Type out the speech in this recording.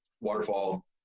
waterfall